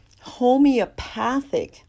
homeopathic